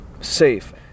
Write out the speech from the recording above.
safe